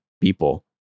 people